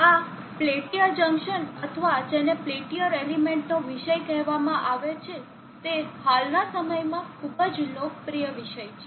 આ Peltier junction અથવા જેને પેલ્ટીયર એલિમેન્ટનો વિષય કહેવામાં આવે છે તે હાલના સમયમાં ખૂબ જ લોકપ્રિય વિષય છે